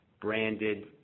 branded